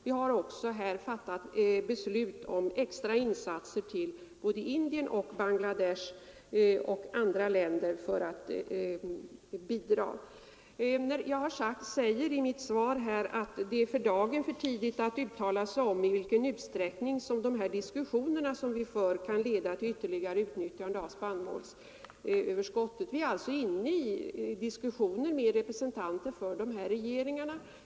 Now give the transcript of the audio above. Vi har ju också fattat beslut om extra insatser till både Indien, Bangladesh och andra länder för att bidra med hjälp. Jag säger i mitt svar: ”Det är i dag för tidigt att uttala sig om i vilken utsträckning dessa diskussioner kommer att leda till ytterligare utnyttjande av det svenska spannmålsöverskottet.” Vi är alltså inne i diskussioner med representanter för de här regeringarna.